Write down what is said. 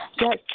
Yes